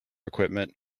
equipment